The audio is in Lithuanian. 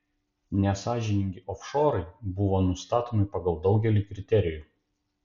nesąžiningi ofšorai buvo nustatomi pagal daugelį kriterijų